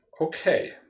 okay